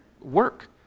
work